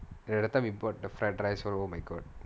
ya that time you brought the fried rice all oh my god